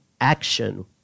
action